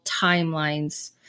timelines